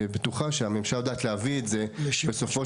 בטוחה שהממשלה יודעת להביא את זה בסופו